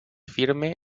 firme